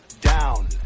down